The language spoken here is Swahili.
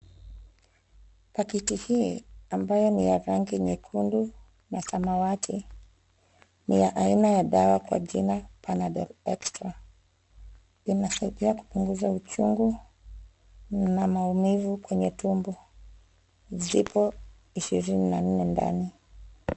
Paketi hii ambayo ni ya rangi nyekundu na samawati ni ya aina ya dawa kwa jina panadol extra. Inasidia kupunguza uchungu na maumivu kwenye tumbo, zipo ishirini na nne ndani.